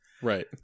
Right